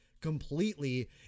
completely